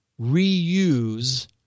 reuse